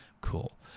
Cool